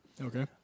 Okay